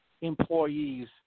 employees